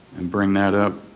and bring that up.